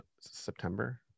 september